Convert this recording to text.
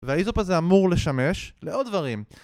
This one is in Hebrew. והאיזופ הזה אמור לשמש לעוד דברים